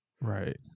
right